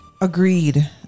Agreed